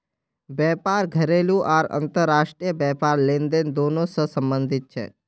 व्यापार घरेलू आर अंतर्राष्ट्रीय व्यापार लेनदेन दोनों स संबंधित छेक